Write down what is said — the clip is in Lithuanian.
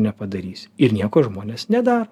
nepadarysi ir nieko žmonės nedaro